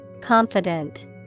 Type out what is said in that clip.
Confident